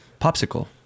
Popsicle